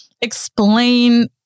explain